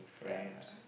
ya